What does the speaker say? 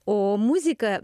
o muzika